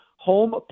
home